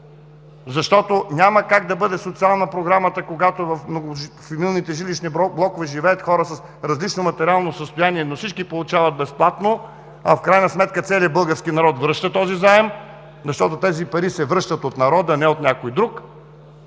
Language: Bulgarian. Защото няма как да бъде социална програмата, когато в многофамилните жилищни блокове живеят хора с различно материално състояние, но всички получават безплатно, а в крайна сметка целият български народ връща този заем, защото тези пари се връщат от народа, а не от някой друг